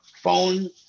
phone